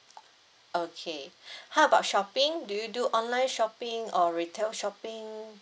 okay how about shopping do you do online shopping or retail shopping